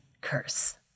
curse